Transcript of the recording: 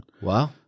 Wow